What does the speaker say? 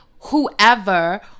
whoever